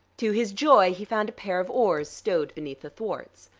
to his joy he found a pair of oars stowed beneath the thwarts.